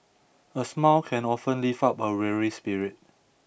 a smile can often lift up a weary spirit